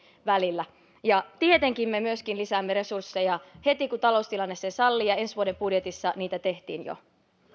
välillä tietenkin me myöskin lisäämme resursseja heti kun taloustilanne sen sallii ja ensi vuoden budjetissa niitä tehtiin